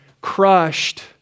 crushed